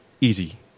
easy